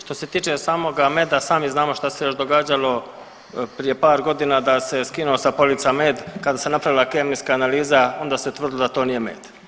Što se tiče samoga meda sami znamo što se još događalo prije par godina, da se skinuo sa polica med, kada se napravila kemijska analiza onda se tvrdilo da to nije med.